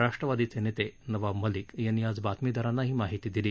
राष्ट्रवादीचे नेते नवाब मलिक यांनी आज बातमीदारांना ही माहिती दिली